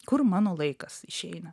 kur mano laikas išeina